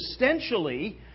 existentially